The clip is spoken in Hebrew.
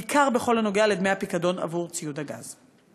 בעיקר בכל הנוגע לדמי הפיקדון עבור ציוד הגז.